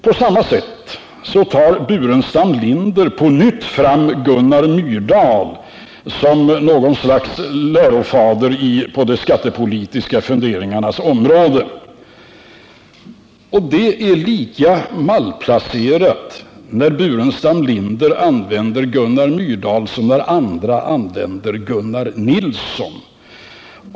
På samma sätt tar Staffan Burenstam Linder på nytt fram Gunnar Myrdal som något slags lärofader på de skattepolitiska funderingarnas område. Det är lika malplacerat när herr Burenstam Linder som argument använder Gunnar Myrdal som när andra använder Gunnar Nilsson.